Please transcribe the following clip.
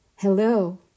Hello